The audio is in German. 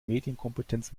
medienkompetenz